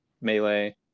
Melee